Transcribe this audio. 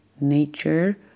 nature